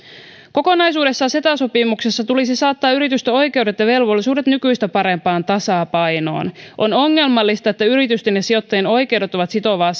kokonaisuudessaan ceta sopimuksessa tulisi saattaa yritysten oikeudet ja velvollisuudet nykyistä parempaan tasapainoon on ongelmallista että yritysten ja sijoittajien oikeudet ovat sitovaa